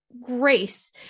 grace